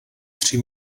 tři